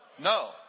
No